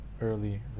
early